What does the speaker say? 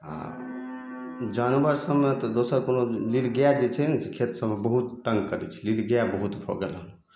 आओर जानवरसबमे तऽ दोसर कोनो नीलगाइ जे छै ने से खेतसबमे बहुत तङ्ग करै छै नीलगाइ बहुत भऽ गेल हँ